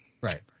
right